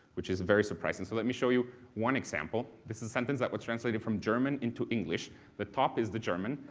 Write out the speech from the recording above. which is very surprising. so let me show you one example, this is a sentence that was translated from german into english the top is the german,